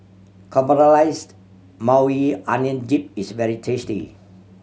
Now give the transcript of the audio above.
Caramelized Maui Onion Dip is very tasty